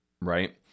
right